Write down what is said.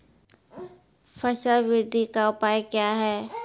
फसल बृद्धि का उपाय क्या हैं?